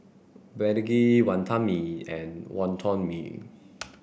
Begedil Wantan Mee and Wonton Mee